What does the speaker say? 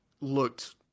looked